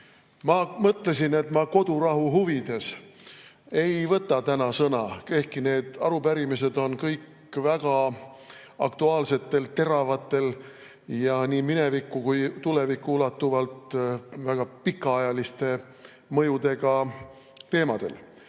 Ma mõtlesin, et ma kodurahu huvides ei võta täna sõna, ehkki need arupärimised on kõik väga aktuaalsetel, teravatel ja nii minevikku kui ka tulevikku ulatuvalt väga pikaajaliste mõjudega teemadel.